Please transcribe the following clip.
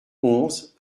onze